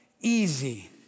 easy